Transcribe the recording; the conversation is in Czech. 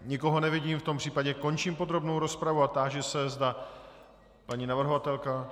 Nikoho nevidím, v tom případě končím podrobnou rozpravu a táži se, zda paní navrhovatelka?